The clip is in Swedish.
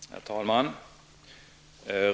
Herr talman!